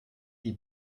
die